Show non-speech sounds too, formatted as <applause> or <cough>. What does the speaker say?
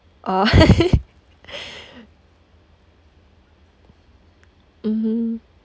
oh <laughs> mmhmm